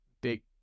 big